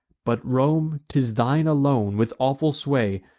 but, rome, t is thine alone, with awful sway,